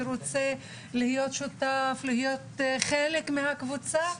שרוצה להיות שותף ולהיות חלק מהקבוצה,